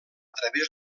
través